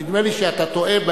נדמה לי שאתה טועה,